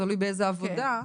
תלוי באיזה עבודה,